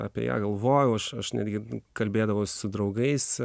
apie ją galvojau aš aš netgi kalbėdavau su draugais